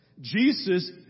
Jesus